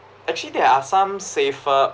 actually there are some safer